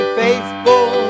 faithful